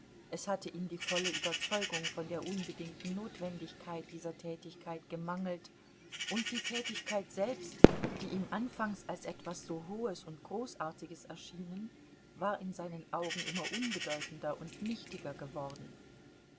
es hatte ihm die volle überzeugung von der unbedingten notwendigkeit dieser tätigkeit gemangelt und die tätigkeit selbst die ihm anfangs als etwas so hohes und großartiges erschienen war in seinen augen immer unbedeutender und nichtiger geworden